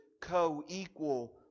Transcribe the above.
co-equal